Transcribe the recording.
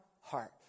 heart